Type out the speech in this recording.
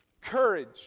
Courage